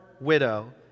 widow